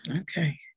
Okay